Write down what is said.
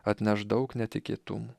atneš daug netikėtumų